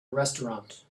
restaurant